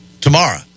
tomorrow